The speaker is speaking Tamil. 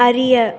அறிய